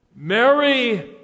Mary